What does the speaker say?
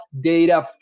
data